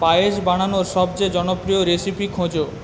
পায়েস বানানোর সবচেয়ে জনপ্রিয় রেসিপি খোঁজো